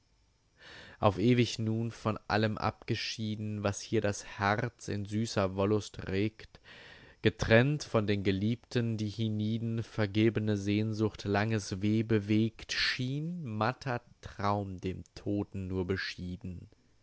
auf ewig nun von allem abgeschieden was hier das herz in süßer wollust regt getrennt von den geliebten die hienieden vergebne sehnsucht langes weh bewegt schien nur dem todten matter traum beschieden